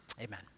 amen